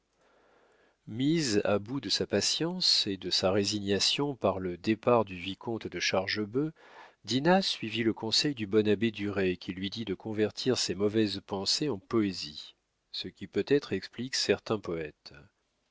mise à bout de sa patience et de sa résignation par le départ du vicomte de chargebœuf dinah suivit le conseil du bon abbé duret qui lui dit de convertir ses mauvaises pensées en poésie ce qui peut-être explique certains poètes